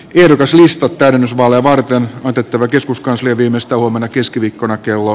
ehdokaslistat täydennysvaaleja varten on jätettävä keskuskansliaan viimeistään huomenna keskiviikkona jo